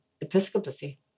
episcopacy